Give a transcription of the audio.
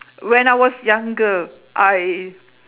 when I was younger I